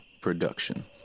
production